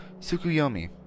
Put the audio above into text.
Sukuyomi